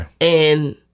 And-